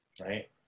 right